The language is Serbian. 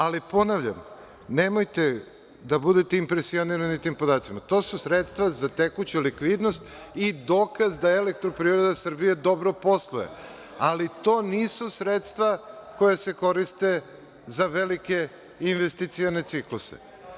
Ali ponavljam, nemojte da budete impresionirani tim podacima, to su sredstva za tekuću likvidnost i dokaz da „Elektroprivreda Srbije“ dobro posluje, ali to nisu sredstva koja se koriste za velike investicione cikluse.